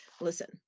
Listen